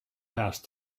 passed